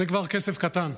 זה כבר כסף קטן,